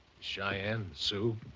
cheyenne, sioux,